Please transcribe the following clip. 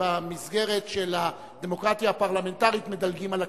שבמסגרת של הדמוקרטיה הפרלמנטרית מדלגים על הכנסת.